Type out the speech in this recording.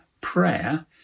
prayer